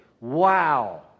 Wow